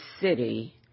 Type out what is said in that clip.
city